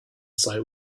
site